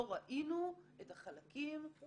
לא ראינו את החלקים -- את היחס.